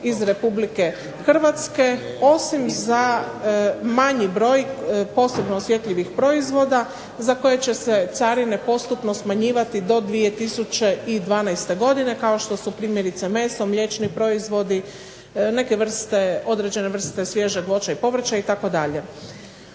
iz Republike Hrvatske osim za manji broj posebno osjetljivih proizvoda za koje će se carine postupno smanjivati do 2012. godine, kao što su primjerice meso, mliječni proizvodi, određene vrste svježeg voća i povrća itd.